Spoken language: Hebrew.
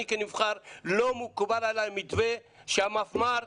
אני כנבחר לא מקובל עלי מתווה שהמפמ"ר